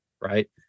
right